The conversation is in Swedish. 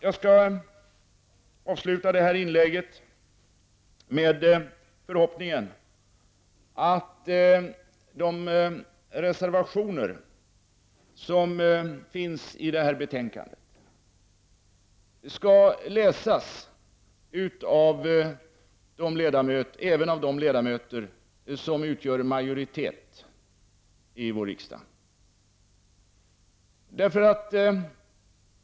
Jag vill avsluta mitt inlägg med förhoppningen att de reservationer som är fogade till detta betänkande skall läsas även av de ledamöter som utgör en majoritet i denna kammare.